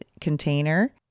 container